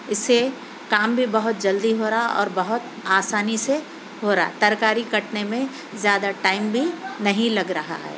اِس سے کام بھی بہت جلدی ہو رہا اور بہت آسانی سے ہو رہا ترکاری کٹنے میں زیادہ ٹائم بھی نہیں لگ رہا ہے